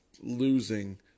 losing